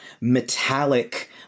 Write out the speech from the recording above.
metallic